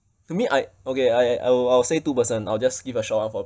to me I okay I I I'll I'll say two person I'll just give a short one for